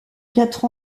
quatre